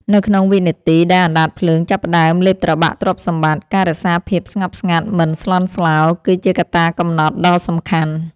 នៅក្នុងវិនាទីដែលអណ្ដាតភ្លើងចាប់ផ្ដើមលេបត្របាក់ទ្រព្យសម្បត្តិ ការរក្សាភាពស្ងប់ស្ងាត់មិនស្លន់ស្លោ គឺជាកត្តាកំណត់ដ៏សំខាន់។